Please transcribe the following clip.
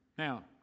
Now